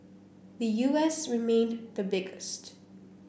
the U S remained the biggest